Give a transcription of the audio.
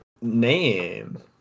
name